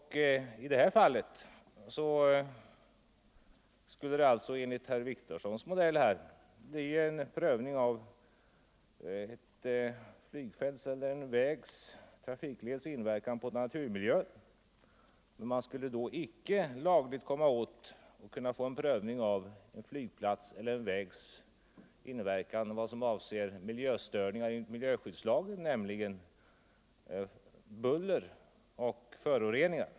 I detta fall skulle det enligt herr Wictorssons modell bli en prövning av ett flygfält eller en trafikleds inverkan på naturmiljön, men man skulle inte kunna få en prövning enligt miljöskyddslagen av miljöstörningarna, nämligen bullret och föroreningarna.